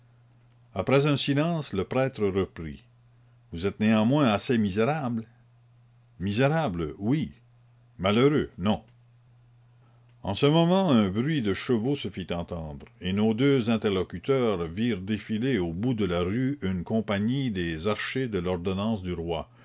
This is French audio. après un silence le prêtre reprit vous êtes néanmoins assez misérable misérable oui malheureux non en ce moment un bruit de chevaux se fit entendre et nos deux interlocuteurs virent défiler au bout de la rue une compagnie des archers de l'ordonnance du roi